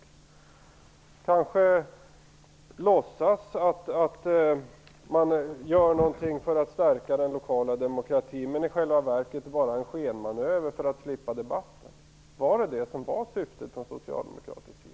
Genom reformen kanske man låtsas att man gör någonting för att stärka den lokala demokratin, men i själva verket är den bara en skenmanöver för att slippa debatten. Var det syftet från socialdemokratisk sida?